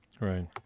Right